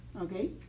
okay